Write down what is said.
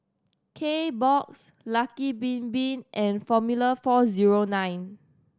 Kbox Lucky Bin Bin and Formula Four Zero Nine